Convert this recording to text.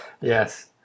Yes